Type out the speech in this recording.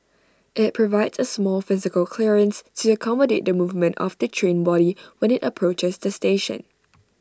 IT provides A small physical clearance to accommodate the movement of the train body when IT approaches the station